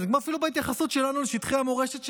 זה לא נגמר אפילו בהתייחסות שלנו לשטחי המורשת שלנו.